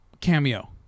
cameo